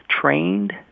trained